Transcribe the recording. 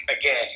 again